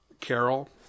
Carol